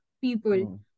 people